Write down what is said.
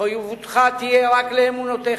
מחויבותך תהיה רק לאמונותיך,